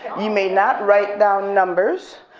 you may not write down numbers.